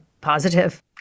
positive